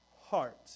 heart